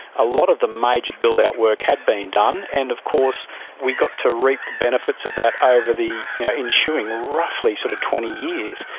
a lot of the major build-out work had been done, and of course we got to reap the benefits of that over the ensuing, roughly sort of twenty years.